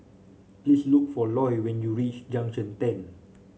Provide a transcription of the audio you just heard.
please look for Loy when you reach Junction Ten